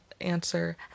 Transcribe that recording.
answer